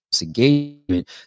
engagement